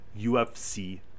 UFC